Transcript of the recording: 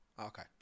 okay